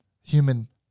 human